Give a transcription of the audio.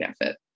effort